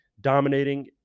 dominating